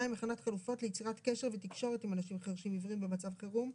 הכנת חלופות ליצירת קשר ותקשורת עם אנשים חירשים-עיוורים במצב חירום,